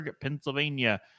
Pennsylvania